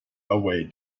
away